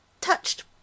Touched